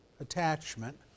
attachment